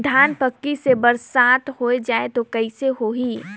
धान पक्की से बरसात हो जाय तो कइसे हो ही?